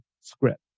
script